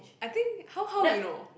I think how how you know